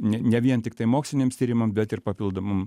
ne ne vien tiktai moksliniams tyrimam bet ir papildomom